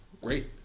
great